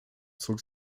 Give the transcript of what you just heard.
zog